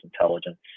intelligence